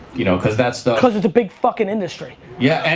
you know, cause that's the cause it's a big fuckin industry. yeah,